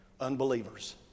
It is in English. unbelievers